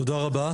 תודה רבה.